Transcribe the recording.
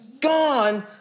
Gone